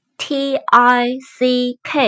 tick